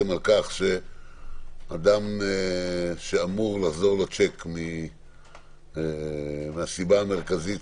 הצעת החוק הזו מדברת על כך שאדם שאמור לחזור לו שיק מהסיבה המרכזית